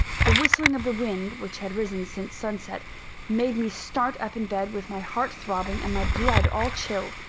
the whistling of the wind which had risen since sunset made me start up in bed, with my heart throbbing, and my blood all chill.